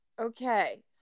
Okay